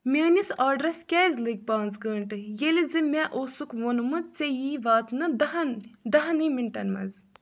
میِٛٲنِس آرڈرَس کیٛازِ لٔگۍ پانٛژھ گنٛٹہٕ ییٚلہِ زِ مےٚ اوسُکھ ووٚنمُت ژےٚ یِیی واتنہٕ دَہَن دَہنٕے مِنٹَن منٛز